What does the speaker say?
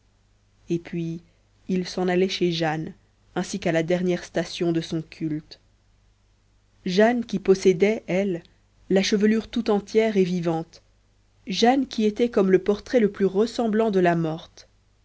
et puis il s'en allait chez jane ainsi qu'à la dernière station de son culte jane qui possédait elle la chevelure tout entière et vivante jane qui était comme le portrait le plus ressemblant de la morte